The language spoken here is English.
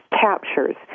captures